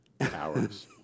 hours